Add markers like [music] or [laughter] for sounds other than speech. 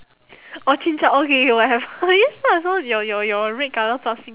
orh chin-chow okay K whatev~ [laughs] I just now I saw your your your red colour